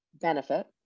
benefit